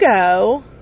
go